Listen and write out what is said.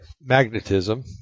magnetism